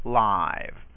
live